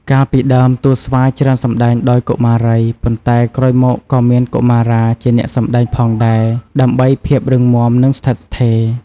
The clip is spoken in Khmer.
កាលពីដើម តួស្វាច្រើនសម្ដែងដោយកុមារី ប៉ុន្តែក្រោយមកក៏មានកុមារាជាអ្នកសម្ដែងផងដែរ ដើម្បីភាពរឹងមាំ និងស្ថិតស្ថេរ។